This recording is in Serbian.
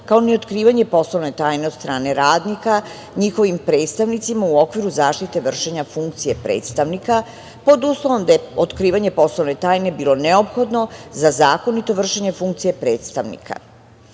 kao ni otkrivanje poslovne tajne od strane radnika njihovim predstavnicima u okviru zaštite vršenja funkcije predstavnika, a pod uslovom da je otkrivanje poslovne tajne bilo neophodno za zakonito vršenje funkcije predstavnika. Predlog